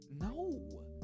No